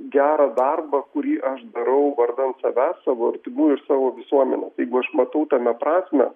gerą darbą kurį aš darau vardan savęs savo artimųjų ir savo visuomenės jeigu aš matau tame prasmę